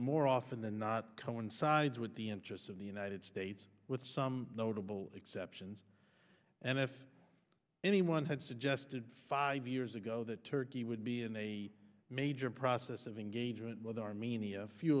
more often than not coincides with the interests of the united states with some notable exceptions and if anyone had suggested five years ago that turkey would be in a major process of engagement with armenia few